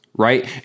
Right